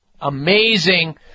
Amazing